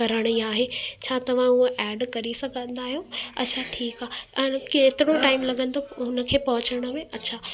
करिणी आहे छा तव्हां उहा एड करे सघंदा आहियो अछा ठीकु आहे ऐं केतिरो टाइम लॻंदो हुन खे पहुचण में अछा